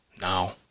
now